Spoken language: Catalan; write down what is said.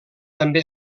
també